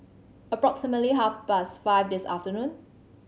approximately half past five this afternoon